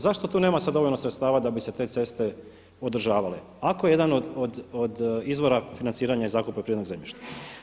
Zašto tu nema sad dovoljno sredstava da bi se te ceste održavale ako je jedan od izvora financiranja i zakupa poljoprivrednog zemljišta.